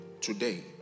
today